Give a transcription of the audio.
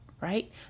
right